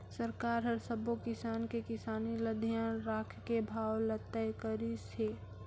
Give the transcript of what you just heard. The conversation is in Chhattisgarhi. सरकार हर सबो किसान के किसानी ल धियान राखके भाव ल तय करिस हे